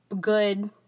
good